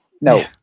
No